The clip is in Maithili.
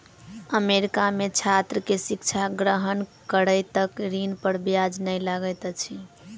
अमेरिका में छात्र के शिक्षा ग्रहण करै तक ऋण पर ब्याज नै लगैत अछि